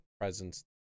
presence